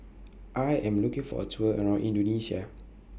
I Am looking For A Tour around Indonesia